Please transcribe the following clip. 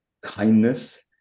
kindness